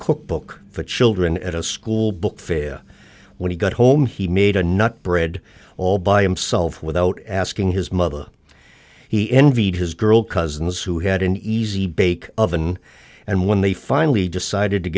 cookbook for children at a school book fair when he got home he made a nut bread all by himself without asking his mother he envied his girl cousins who had an easy bake oven and when they finally decided to